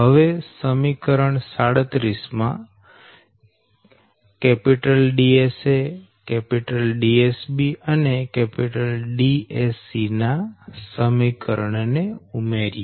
હવે સમીકરણ 37 માં Dsa Dsb અને Dsc ના સમીકરણ ને ઉમેરીએ